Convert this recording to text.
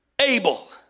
Abel